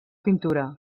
pintura